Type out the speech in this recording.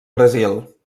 brasil